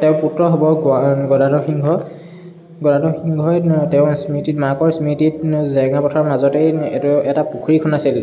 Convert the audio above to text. তেওঁৰ পুত্ৰ হ'ব গ গদাধৰ সিংহ গদাধৰ সিংহই তেওঁৰ স্মৃতিত মাকৰ স্মৃতিত জেৰেঙা পথাৰৰ মাজতেই এটা এটা পুখুৰী খন্দাইছিল